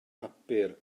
pupur